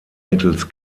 mittels